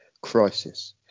crisis